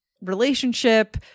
relationship